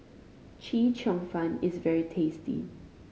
Chee Cheong Fun is very tasty